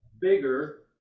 bigger